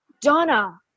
Donna